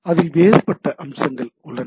அதில் வேறுபட்ட அம்சங்கள் உள்ளன